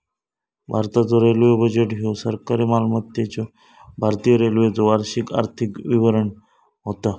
भारताचो railway budget ह्यो सरकारी मालकीच्यो भारतीय रेल्वेचो वार्षिक आर्थिक विवरण होता